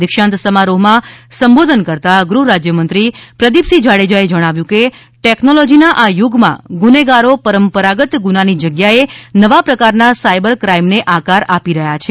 દિક્ષાંત સમારોહમાં સંબોધતાં ગૃહરાજ્યમંત્રી પ્રદીપસિંહ જાડેજાએ જણાવ્યું હતું કે ટેકનોલોજીનાં આ યુગમાં ગુનેગાર પરંપરાગત ગુનાની જગ્યાએ નવા પ્રકારનાં સાયબર ક્રાઈમને આકાર આપી રહ્યા છે